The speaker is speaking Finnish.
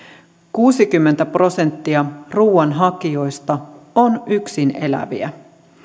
kuusikymmentä prosenttia ruuan hakijoista on yksin eläviä